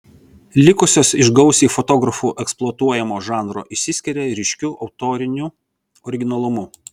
likusios iš gausiai fotografų eksploatuojamo žanro išsiskiria ryškiu autoriniu originalumu